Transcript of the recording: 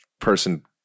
person